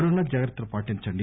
corona జాగ్రత్తలు పాటించండి